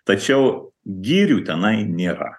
tačiau girių tenai nėra